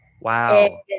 wow